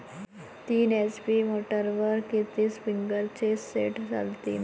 तीन एच.पी मोटरवर किती स्प्रिंकलरचे सेट चालतीन?